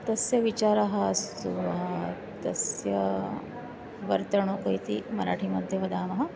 तस्य विचारः अस्तु तस्य वर्तणोपेति मराठी मध्ये वदामः